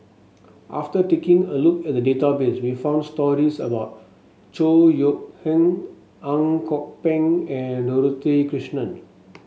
after taking a look at the database we found stories about Chor Yeok Eng Ang Kok Peng and Dorothy Krishnan